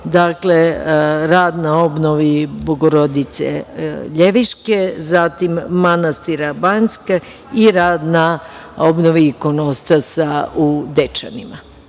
u planu rad na obnovi i Bogorodice Ljeviške, zatim manastira Banjska i rad na obnovi ikonostasa u Dečanima. Tako